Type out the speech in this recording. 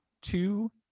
two